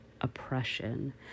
oppression